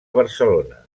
barcelona